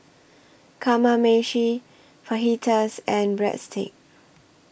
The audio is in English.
Kamameshi Fajitas and Breadsticks